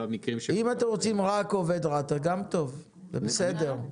אם אתם רוצים רק עובד רת"א, גם טוב, זה בסדר.